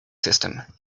system